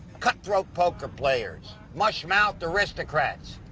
cut-throat poker players, mush-mouthed aristocrats,